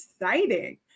exciting